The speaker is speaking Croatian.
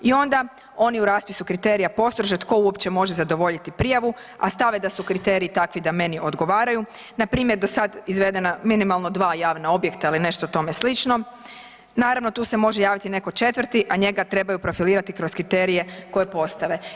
I onda oni u raspisu kriterija postrože tko uopće može zadovoljiti prijavu, a stave da su kriteriji takvi da meni odgovaraju, npr. do sad izvedena minimalno dva javna objekta ili nešto tome slično, naravno tu se može javiti netko četvrti a njega trebaju profilirati kroz kriterije koje postave.